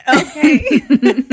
Okay